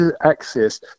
access